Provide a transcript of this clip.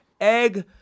egg